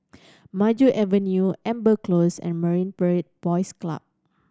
Maju Avenue Amber Close and Marine Parade Boys Club